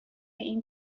این